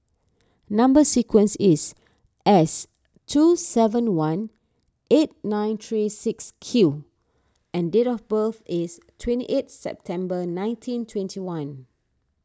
Number Sequence is S two seven one eight nine three six Q and date of birth is twenty eighth September nineteen twenty one